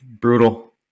Brutal